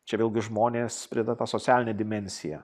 čia vėlgi žmonės prideda tą socialinę dimensiją